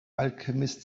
alchemist